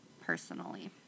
Personally